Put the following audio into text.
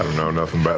know nothing but